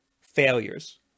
failures